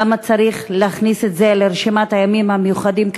למה צריך להכניס את זה לרשימת הימים המיוחדים,